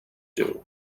due